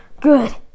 good